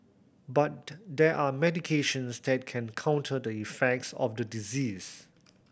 but there are medications that can counter the effects of the disease